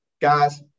Guys